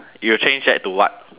you'll change that to what